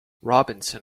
robinson